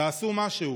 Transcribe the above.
תעשו משהו.